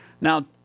Now